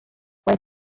where